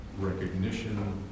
recognition